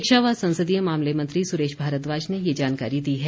शिक्षा व संसदीय मामले मंत्री सुरेश भारद्वाज ने ये जानकारी दी है